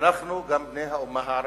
אנחנו גם בני האומה הערבית,